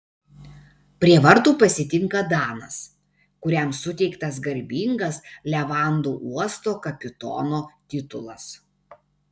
prie vartų pasitinka danas kuriam suteiktas garbingas levandų uosto kapitono titulas